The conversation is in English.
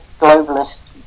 globalist